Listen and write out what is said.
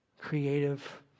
creative